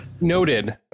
Noted